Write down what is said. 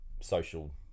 social